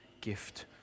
gift